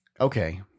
Okay